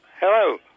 Hello